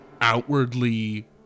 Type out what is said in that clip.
outwardly